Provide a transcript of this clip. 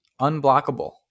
unblockable